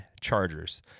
Chargers